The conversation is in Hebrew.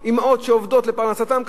גם אמהות שעובדות לפרנסתן,